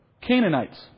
Canaanites